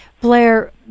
Blair